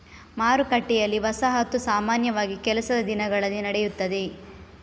ಮಾರುಕಟ್ಟೆಯಲ್ಲಿ, ವಸಾಹತು ಸಾಮಾನ್ಯವಾಗಿ ಕೆಲಸದ ದಿನಗಳಲ್ಲಿ ನಡೆಯುತ್ತದೆ